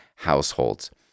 households